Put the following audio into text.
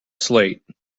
slate